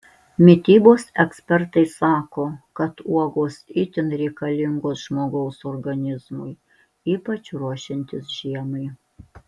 mitybos ekspertai sako kad uogos itin reikalingos žmogaus organizmui ypač ruošiantis žiemai